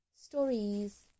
stories